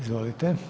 Izvolite.